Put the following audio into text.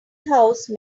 house